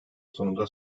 sonunda